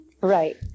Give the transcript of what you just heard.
Right